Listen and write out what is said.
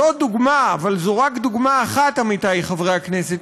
זה רק בידיים שלנו.